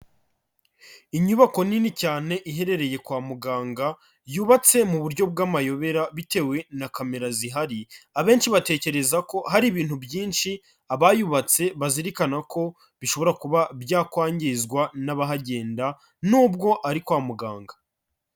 Inyubako nini cyane iherereye kwa muganga, yubatse mu buryo bw'amayobera bitewe na kamera zihari, abenshi batekereza ko hari ibintu byinshi abayubatse bazirikana ko bishobora kuba byakwangizwa n'abahagenda nubwo ari kwa muganga.